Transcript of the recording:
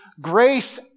grace